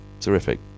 terrific